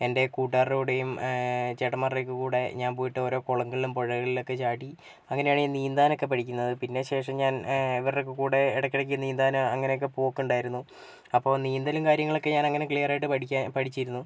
എൻ്റെ കൂട്ടുകാരുടെ കൂടെയും ചേട്ടന്മാരുടെയൊക്കെ കൂടെ ഞാൻ പോയിട്ടോരോ കുളങ്ങളിലും പുഴകളിലൊക്കെ ചാടി അങ്ങിനെയാണീ നീന്താനൊക്കെ പഠിക്കുന്നത് പിന്നെ ശേഷം ഞാൻ ഇവർടെയൊക്കെ കൂടെ ഇടയ്ക്കിടയ്ക്ക് നീന്താനും അങ്ങനെയൊക്കെ പോക്കുണ്ടായിരുന്നു അപ്പോൾ നീന്തലും കാര്യങ്ങളൊക്കെ ഞാനങ്ങനെ ക്ലിയറായിട്ട് പഠിക്കാൻ പഠിച്ചിരുന്നു